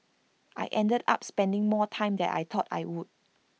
I ended up spending more time than I thought I would